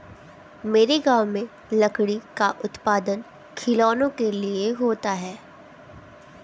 मेरे गांव में लकड़ी का उत्पादन खिलौनों के लिए होता है